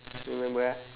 still remember ah